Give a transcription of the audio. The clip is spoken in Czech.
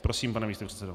Prosím, pane místopředsedo.